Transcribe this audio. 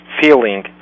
feeling